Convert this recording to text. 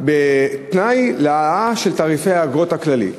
הטבילה כתנאי להעלאה של תעריפי האגרות הכלליים.